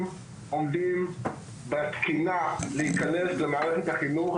עומדים בתקינה להיכנס למערכת החינוך,